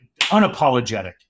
unapologetic